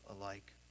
alike